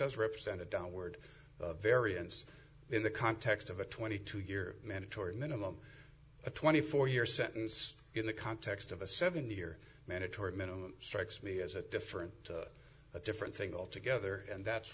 does represent a downward variance in the context of a twenty two year mandatory minimum a twenty four year sentence in the context of a seven year mandatory minimum strikes me as a different a different thing altogether and that's